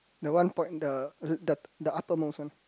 the one point the the the upper nose one